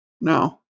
No